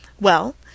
Well